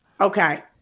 Okay